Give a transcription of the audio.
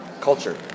Culture